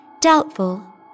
Doubtful